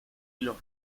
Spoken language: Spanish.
los